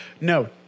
No